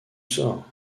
sort